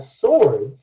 swords